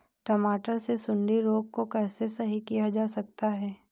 टमाटर से सुंडी रोग को कैसे सही किया जा सकता है?